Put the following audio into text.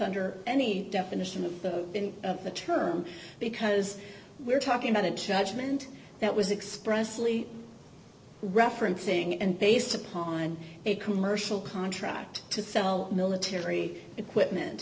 under any definition of the term because we're talking about a judgment that was expressly referencing and based upon a commercial contract to sell military equipment